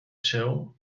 się